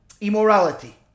immorality